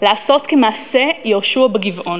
לעשות כמעשה יהושע בגבעון,